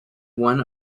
one